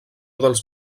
dels